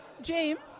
James